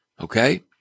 Okay